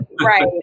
right